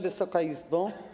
Wysoka Izbo!